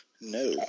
No